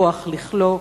הכוח לכלוא,